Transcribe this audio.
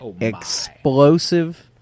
Explosive